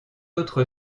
autre